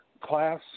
class